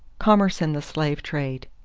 commerce and the slave trade.